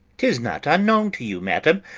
tis not unknown to you, madam,